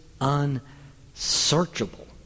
unsearchable